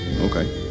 okay